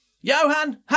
Johan